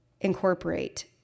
incorporate